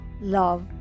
love